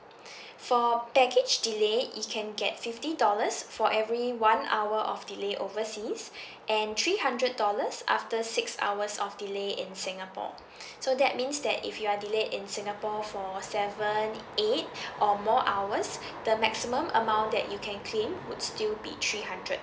for baggage delay it can get fifty dollars for every one hour of delay overseas and three hundred dollars after six hours of delay in singapore so that means that if you are delay in singapore for seven eight or more hours the maximum amount that you can claim would still be three hundred